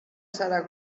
zara